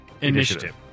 Initiative